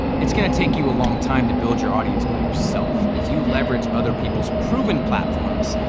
it's gonna take you a long time to build your audience by yourself. if you leverage other people's proven platforms,